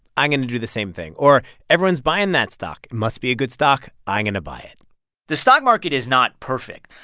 i'm going to do the same thing. or everyone's buying that stock. it must be a good stock. i'm going to buy it the stock market is not perfect,